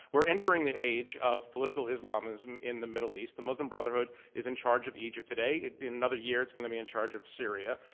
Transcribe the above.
we're entering the age of political islamism in the middle east. the muslim brotherhood is in charge of egypt today. in another year, it's going to be in charge of syria.